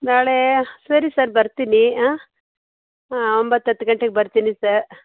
ನಾಳೆ ಸರಿ ಸರ್ ಬರ್ತೀನಿ ಹಾಂ ಹಾಂ ಒಂಬತ್ತು ಹತ್ತು ಗಂಟೆಗೆ ಬರ್ತೀನಿ ಸ